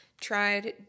tried